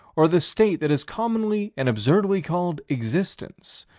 or the state that is commonly and absurdly called existence,